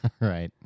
Right